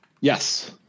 Yes